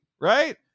Right